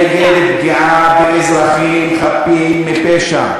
אנחנו נגד פגיעה באזרחים חפים מפשע.